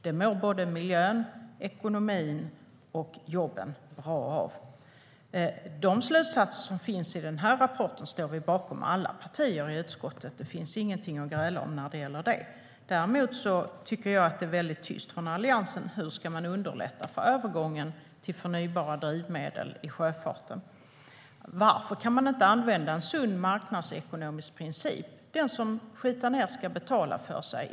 Det mår miljön, ekonomin och jobben bra av. Jag tycker däremot att det är väldigt tyst från Alliansen om hur man ska underlätta övergången till förnybara drivmedel inom sjöfarten. Varför kan man inte använda en sund marknadsekonomisk princip, att den som skitar ned ska betala för sig?